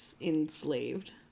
enslaved